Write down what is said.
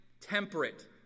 temperate